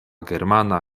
germana